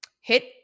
Hit